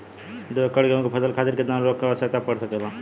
दो एकड़ गेहूँ के फसल के खातीर कितना उर्वरक क आवश्यकता पड़ सकेल?